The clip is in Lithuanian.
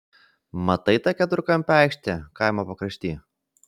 matai tą keturkampę aikštę kaimo pakrašty